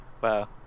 Wow